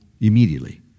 immediately